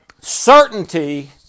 Certainty